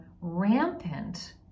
rampant